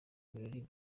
birori